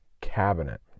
Cabinet